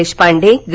देशपांडे ग